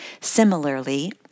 Similarly